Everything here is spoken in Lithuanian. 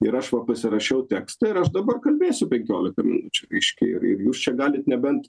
ir aš va pasirašiau tekstą ir aš dabar kalbėsiu penkiolika minučių reiškia ir ir jūs čia galit nebent